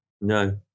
No